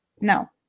No